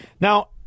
Now